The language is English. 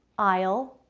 isle,